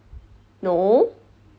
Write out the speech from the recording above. no